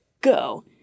go